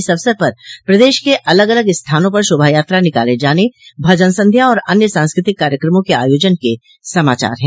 इस अवसर पर प्रदेश के अलग अलग स्थानों पर शोभा यात्रा निकाले जाने भजन संध्या और अन्य सांस्कृतिक कार्यक्रमों के आयोजन के समाचार हैं